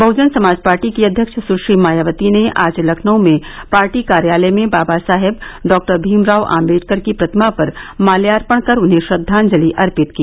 Bahujan Samaj party की अध्यक्ष सुश्री मायावती ने आज लखनऊ में पार्टी कार्यालय में बाबा साहेब डॉक्टर भीमराव आम्बेडकर की प्रतिमा पर मात्यार्पण कर उन्हें श्रद्वांजलि अर्पित की